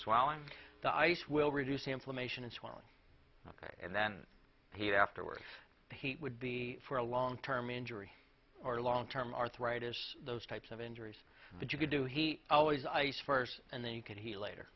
swelling the ice will reduce the inflammation and swelling and then heat afterwards he would be for a long term injury or long term arthritis those types of injuries that you can do he always ice first and then you can he later